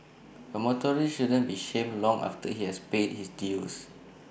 A motorist shouldn't be shamed long after he has paid his dues